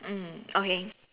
mm okay